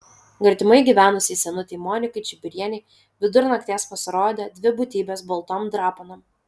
gretimai gyvenusiai senutei monikai čibirienei vidur nakties pasirodė dvi būtybės baltom drapanom